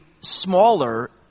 smaller